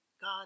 God